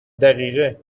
دقیقه